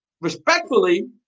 respectfully